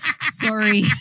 Sorry